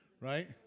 Right